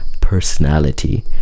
personality